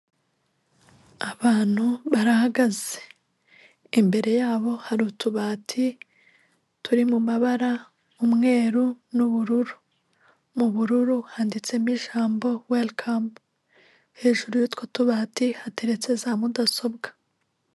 Abantu barahagaze, imbere yabo hari utubati turi mu mabara umweru n'ubururu, mu bururu handitsemo ijambo werikamu, hejuru y'utwo tubati hateretse za mudasobwa.